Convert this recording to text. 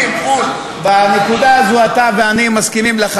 אתם קיבלתם את המנדט, תתחילו לעשות את